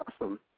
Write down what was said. awesome